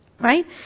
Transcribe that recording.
Right